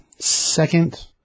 second